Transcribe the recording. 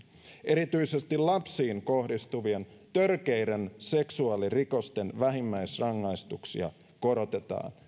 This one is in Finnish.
erityisesti lapsiin kohdistuvien törkeiden seksuaalirikosten vähimmäisrangaistuksia korotetaan jälleen